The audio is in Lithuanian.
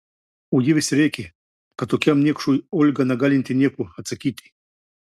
o ji vis rėkė kad tokiam niekšui olga negalinti nieko atsakyti